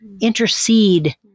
intercede